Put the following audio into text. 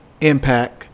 impact